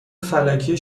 فلکی